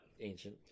Ancient